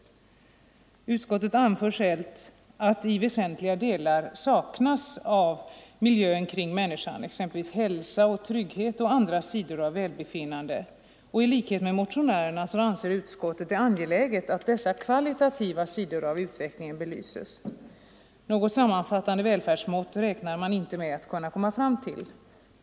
20 november 1974 Utskottet anför även att väsentliga delar saknas av miljön kring män = niskan, exempelvis hälsa och trygghet och andra sidor av välbefinnande, = Välfärdsmätningar och i likhet med motionärerna anser utskottet det angeläget att dessa — m.m. kvalitativa sidor av utvecklingen belyses. Något sammanfattande välfärdsmått räknar man inte med att kunna komma fram till.